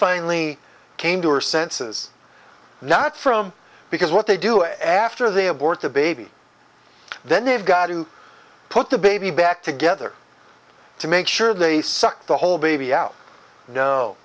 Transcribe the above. finally came to her senses not from because what they do after they abort the baby then they've got to put the baby back together to make sure they suck the whole baby out no